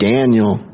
Daniel